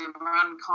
run